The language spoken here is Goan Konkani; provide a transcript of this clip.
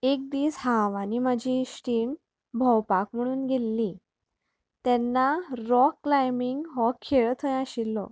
एक दीस हांव आनी म्हजी इश्टीण भोंवपाक म्हणून गेल्ली तेन्ना रोक क्लांयबींग हो खेळ थंय आशिल्लो